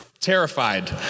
terrified